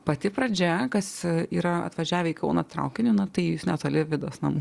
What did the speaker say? pati pradžia kas yra atvažiavę į kauną traukiniu na tai jūs netoli vidos namų